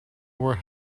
were